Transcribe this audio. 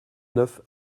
neuf